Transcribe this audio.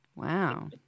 Wow